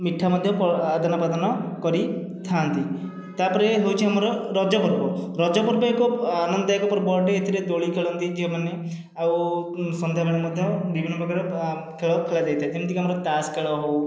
ମିଠା ମଧ୍ୟ ଆଦାନ ପ୍ରାଦାନ କରିଥାନ୍ତି ତାପରେ ହେଉଛି ଆମର ରଜପର୍ବ ରଜପର୍ବ ଏକ ଆନନ୍ଦଦାୟକ ପର୍ବ ଅଟେ ଏଥିରେ ଦୋଳି ଖେଳନ୍ତି ଝିଅମାନେ ଆଉ ସନ୍ଧ୍ୟା ବେଳେ ମଧ୍ୟ ବିଭିନ୍ନ ପ୍ରକାର ଖେଳ ଖେଳା ଯାଇଥାଏ ଯେମିତିକି ଆମର ତାସ୍ ଖେଳ ହେଉ